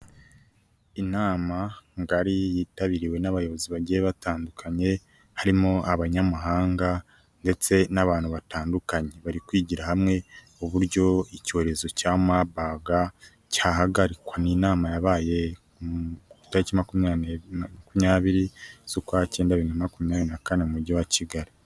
Inama ngari yitabiriwe n'abayobozi bagiye batandukanye, harimo abanyamahanga ndetse n'abantu batandukanye. Bari kwigira hamwe uburyo icyorezo cya Mabarg cyahagarikwa, ni inama yabaye ku itariki makumyabiri z'ukwa cyenda bibiri na makumyabiri na kane mu mujyi wa Kigali.